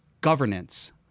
governance